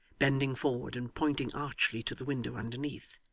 bending forward and pointing archly to the window underneath.